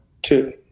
Two